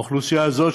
האוכלוסייה הזאת,